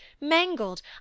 mangled